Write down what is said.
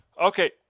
Okay